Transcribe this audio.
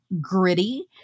gritty